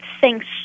thanks